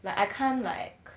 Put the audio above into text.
like I can't like